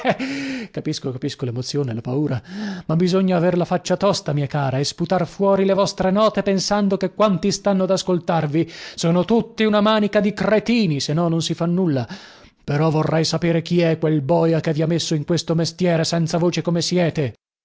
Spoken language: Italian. capisco capisco lemozione la paura ma bisogna aver la faccia tosta mia cara e sputar fuori le vostre note pensando che quanti stanno ad ascoltarvi sono tutti una manica di cretini se no non si fa nulla però vorrei sapere chi è quel boia che vi ha messo in questo mestiere senza voce come siete